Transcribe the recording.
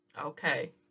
Okay